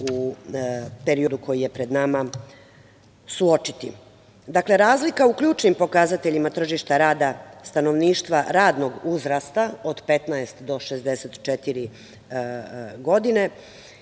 u periodu koji je pred nama suočiti. Dakle, razlika u ključnim pokazateljima tržišta rada stanovništva radnog uzrasta od 15 do 64 godine